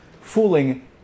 fooling